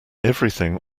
everything